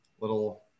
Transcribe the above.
little